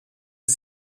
sie